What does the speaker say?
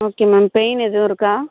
okay ma'am pain எதுவும் இருக்கா